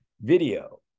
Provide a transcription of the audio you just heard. video